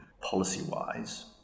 policy-wise